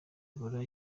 ebola